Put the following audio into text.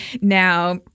Now